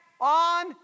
on